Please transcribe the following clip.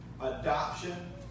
adoption